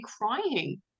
crying